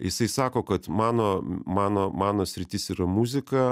jisai sako kad mano mano mano sritis yra muzika